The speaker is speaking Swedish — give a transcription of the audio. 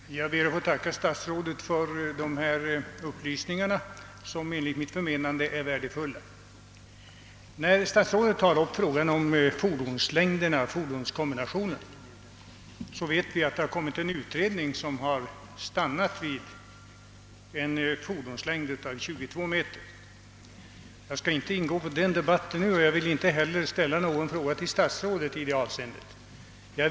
Herr talman! Jag ber att få tacka statsrådet för dessa upplysningar, som enligt mitt förmenande är värdefulla. Statsrådet tar upp frågan om fordonslängderna och fordonskombinationerna. Vi vet att en utredning har stannat för en fordonslängd av 22 meter. Jag skall inte ingå i någon debatt om den saken och vill inte heller ställa någon fråga till statsrådet i det avseendet.